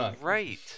right